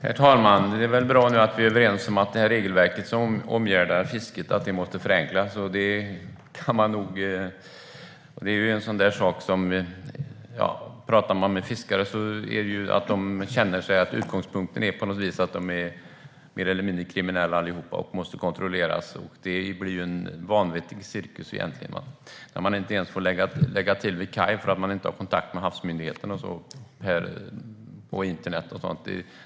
Herr talman! Det är väl bra att vi är överens om att det regelverk som omgärdar fisket måste förenklas. Fiskare känner det som att utgångspunkten på något vis är att de är mer eller mindre kriminella allihop och måste kontrolleras. Det blir en vanvettig cirkus när man inte ens får lägga till vid kaj för att man inte har kontakt med havsmyndigheten och internet och sådant.